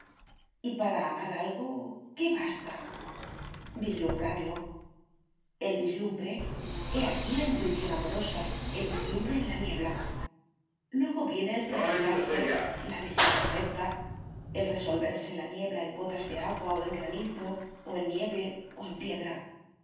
y para amar algo qué basta vislumbrarlo el vislumbre he aquí la intuición amorosa el vislumbre en la niebla luego viene el precisarse la visión perfecta el resolverse la niebla en gotas de agua o en granizo o en nieve o en piedra